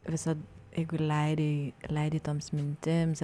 visad jeigu leidi leidi toms mintims